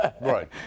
Right